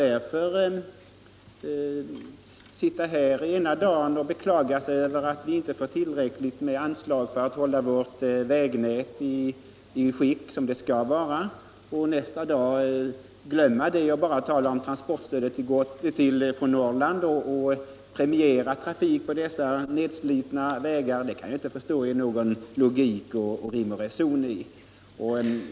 Det kan inte vara rim och reson att ena dagen beklaga sig över att man inte får tillräckligt med anslag för att hålla vägnätet i erforderligt skick men nästa dag glömma bort detta och bara tala om transportstöd till Norrland och att premiera trafik på nedslitna vägar.